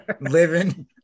living